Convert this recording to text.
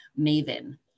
maven